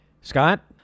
Scott